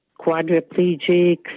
quadriplegics